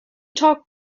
talk